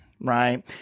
right